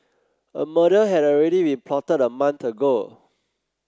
a murder had already been plotted a month ago